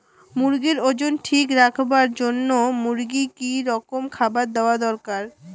মুরগির ওজন ঠিক রাখবার জইন্যে মূর্গিক কি রকম খাবার দেওয়া দরকার?